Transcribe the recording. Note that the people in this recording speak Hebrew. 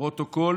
פרוטוקול